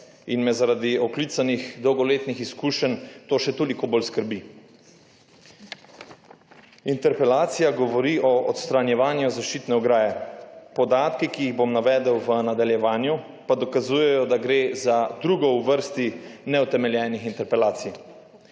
in me zaradi oklicanih dolgoletnih izkušenj to še toliko bolj skrbi. Interpelacija govori o odstranjevanju zaščitne ograje. Podatki, ki jih bom navedel v nadaljevanju, pa dokazujejo, da gre za drugo v vrsti neutemeljenih interpelacij.